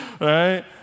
Right